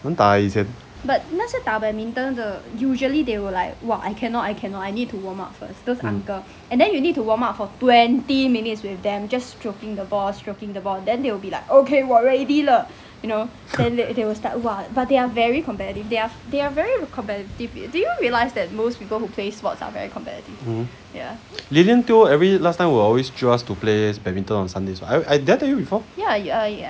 能打以前 mm no lilian teo every last time will always jio us to play badminton on sundays I I did I tell you before